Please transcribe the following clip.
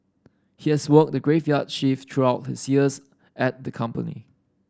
he has worked the graveyard shift throughout his years at the company